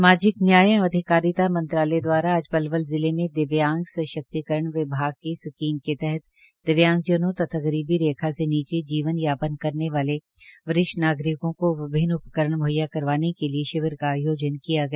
सामाजिक न्याय एवं अधिकारिता मंत्रालय द्वारा स्कीम के तहत आज पलवल जिले में दिव्यांग विभाग की दिव्यांगजनों तथा गरीबी रेखा से नीचे जीवन यापन करने वाले वरिष्ठ नागरिकों को विभिन्न उपकरण मुहैया करवाने के लिए शिविर का आयोजन किया गया